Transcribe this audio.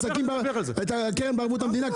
את הקרן בערבות המדינה,